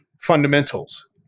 fundamentals